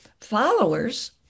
followers